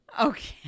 okay